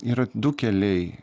yra du keliai